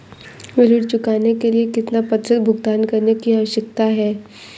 ऋण चुकाने के लिए कितना प्रतिशत भुगतान करने की आवश्यकता है?